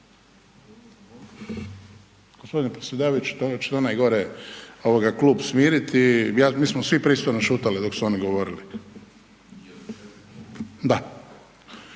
Gospodine predsjedavajući, hoćete onaj gore klub smiriti, mi smo svi pristojno šutjeli dok su oni govorili.